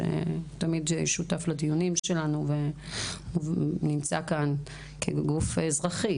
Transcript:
שתמיד שותף לדיונים שלנו ונמצא כאן כגוף אזרחי,